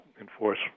enforce